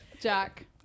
jack